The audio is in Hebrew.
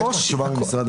חבר הכנסת קריב,